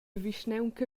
vischnaunca